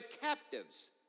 captives